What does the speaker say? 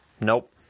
Nope